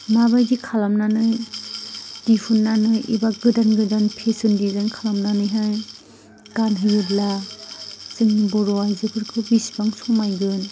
माबायदि खालामनानै दिहुननानै एबा गोदान फेसन डिजाइन खालामनानैहाय गानहोयोब्ला जोंनि बर' आइजोफोरखौ बेसेबां समायगोन